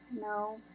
No